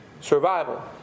Survival